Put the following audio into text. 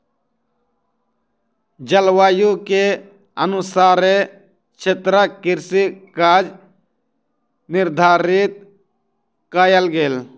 जलवायु के अनुसारे क्षेत्रक कृषि काज निर्धारित कयल गेल